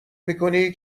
میکنی